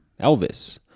Elvis